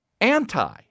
Anti